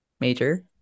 major